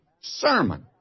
sermon